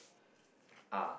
are